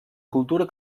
cultura